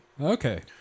Okay